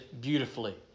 beautifully